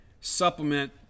supplement